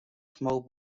small